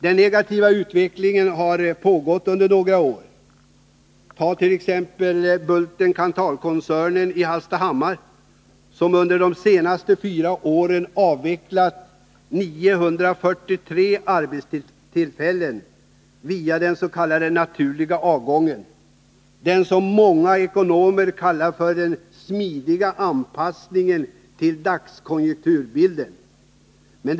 Den negativa utvecklingen har pågått under några år. Bulten-Kanthalkoncernen i Hallstahammar har t.ex. under de senaste fyra åren avvecklat 943 arbetstillfällen via den s.k. naturliga avgången — den som många ekonomer kallar för en smidig anpassning till dagskonjunkturbilden.